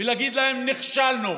להגיד להם "נכשלנו"